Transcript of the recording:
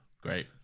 Great